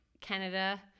Canada